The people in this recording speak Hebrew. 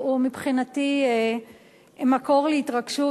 הוא מבחינתי מקור להתרגשות.